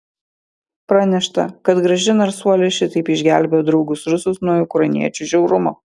pranešta kad graži narsuolė šitaip išgelbėjo draugus rusus nuo ukrainiečių žiaurumo